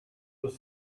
was